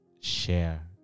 share